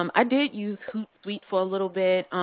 um i did use hootsuite for a little bit.